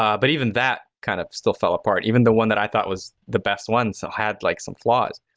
um but even that kind of still fell apart, even the one that i thought was the best one still so had like some flaws.